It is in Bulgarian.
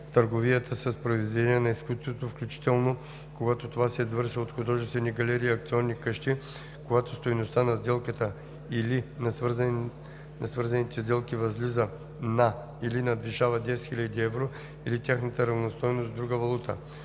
търговията с произведения на изкуството, включително когато това се извършва от художествени галерии и аукционни къщи, когато стойността на сделката или на свързаните сделки възлиза на или надвишава 10 000 евро или тяхната равностойност в друга валута;